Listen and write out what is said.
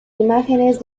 imágenes